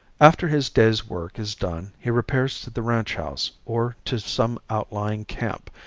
after his day's work is done he repairs to the ranch house, or to some outlying camp,